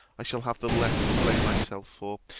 i shall have the less to blame myself for,